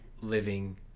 living